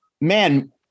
Man